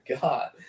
god